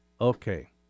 Okay